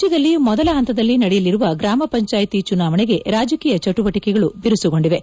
ರಾಜ್ಯದಲ್ಲಿ ಮೊದಲ ಹಂತದಲ್ಲಿ ನಡೆಯಲಿರುವ ಗ್ರಾಮ ಪಂಚಾಯಿತಿ ಚುನಾವಣೆಗೆ ರಾಜಕೀಯ ಚಟುವಟಿಕೆಗಳು ಬಿರುಸುಗೊಂಡಿವೆ